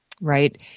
right